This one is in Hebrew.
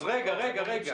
אז רגע, רגע, רגע.